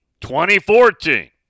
2014